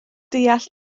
deall